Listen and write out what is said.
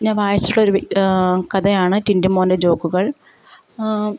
ഞാൻ വായിച്ചിട്ടുള്ളൊരു ഒരു കഥയാണ് ടിൻറ്റു മോൻ്റെ ജോക്കുകൾ